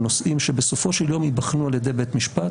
נושאים שבסופו של יום ייבחנו על ידי בית משפט,